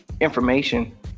information